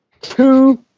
Two